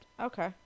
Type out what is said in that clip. Okay